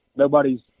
Nobody's